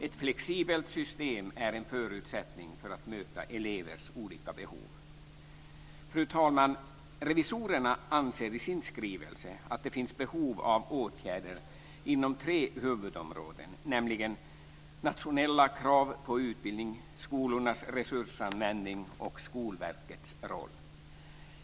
Ett flexibelt system är en förutsättning för att man ska kunna möta elevers olika behov. Fru talman! Revisorerna anser i sin skrivelse att det finns behov av åtgärder inom tre huvudområden, nämligen nationella krav på utbildning, skolornas resursanvändning och Skolverkets roll.